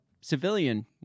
civilian